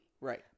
Right